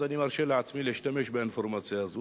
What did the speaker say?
אז אני מרשה לעצמי להשתמש באינפורמציה הזו.